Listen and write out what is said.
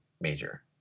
major